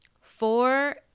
four